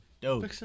Dope